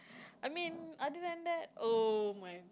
I mean other than that oh my